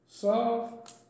Soft